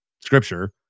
scripture